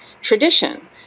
tradition